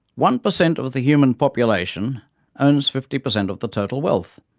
one percent of the human population owns fifty percent of the total wealth.